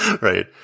right